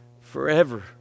forever